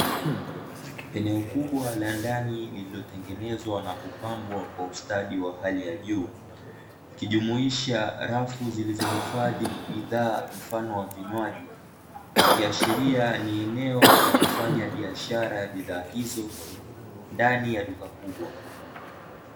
Eneo kubwa la ndani lililotengenezwa na kupambwa kwa ustadi wa hali ya juu, likijumuisha rafu zilizohifadhi bidhaa mfano wa vinywaji, ikiashiria ni eneo la kufanya biashara ya bidhaa hizo ndani ya duka kubwa.